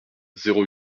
zéro